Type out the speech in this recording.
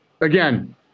again